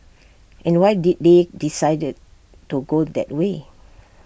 and why did they decide to go that way